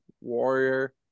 warrior